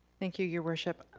thank you your worship.